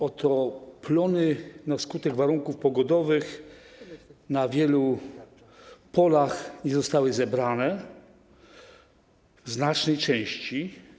Oto plony na skutek warunków pogodowych na wielu polach nie zostały zebrane w znacznej części.